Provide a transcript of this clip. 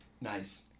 Nice